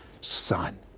son